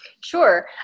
Sure